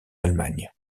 allemagne